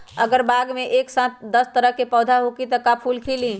अगर बाग मे एक साथ दस तरह के पौधा होखि त का फुल खिली?